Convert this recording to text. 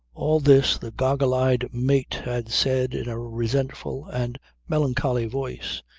all this the goggle-eyed mate had said in a resentful and melancholy voice,